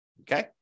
Okay